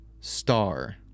star